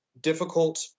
difficult